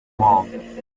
month